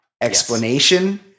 explanation